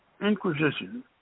inquisition